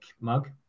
Mug